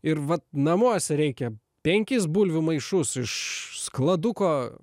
ir vat namuose reikia penkis bulvių maišus iš skladuko